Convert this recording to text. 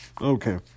Okay